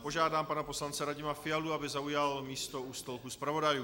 Požádám pana poslance Radima Fialu, aby zaujal místo u stolku zpravodajů.